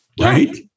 right